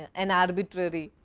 an arbitrary,